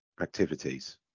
activities